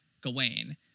Gawain